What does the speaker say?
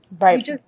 Right